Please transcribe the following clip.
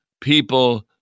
people